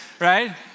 right